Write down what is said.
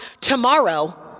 tomorrow